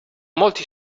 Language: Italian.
molti